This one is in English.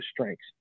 strengths